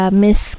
miss